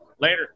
Later